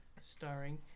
starring